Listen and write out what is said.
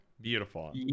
Beautiful